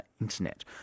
internet